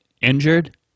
injured